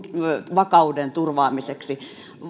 vakauden turvaamiseksi